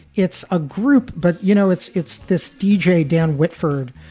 it's a group. but, you know, it's it's this deejay, dan whitford,